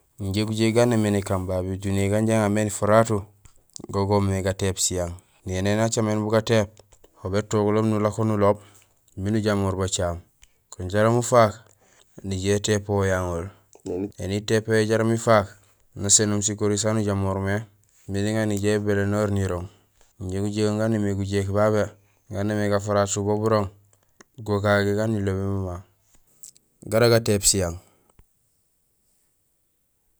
Injé gujéék ga némé nakaan babé duniya gan injé iŋamé nifaratu, go goomé gatéép siyang, éni aan acaméén bugatéép, ho bétoguloom nulako nuloob miin ujamor bacaam kun jaraam ufaak, nijé étépool yaŋool. Ēni itépéyo jaraam ifaak, gusénoom sikori saan ujamormé miin iŋa ni je bénénoor nirooŋ. Injé gujégoom gaan némé gujéék babé gaan némé gafaratu bu burooŋ, go gagé gaan ilobé mama gara gatéép siyang.